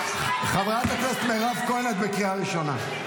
--- חברת הכנסת מירב כהן, את בקריאה ראשונה.